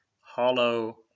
hollow